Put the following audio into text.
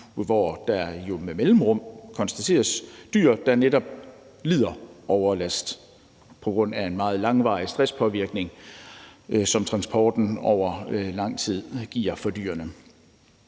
hvor der jo med mellemrum konstateres dyr, der netop lider overlast på grund af en meget langvarig stresspåvirkning, som transporten over lang tid giver for dyrene.